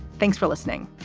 thanks for listening.